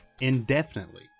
Indefinitely